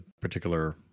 particular